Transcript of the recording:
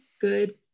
good